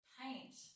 paint